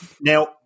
now